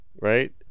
right